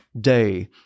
day